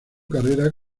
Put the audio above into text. carrera